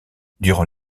durant